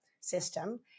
system